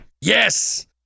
Yes